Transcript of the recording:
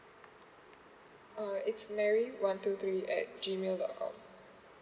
uh it's mary one two three at G mail dot com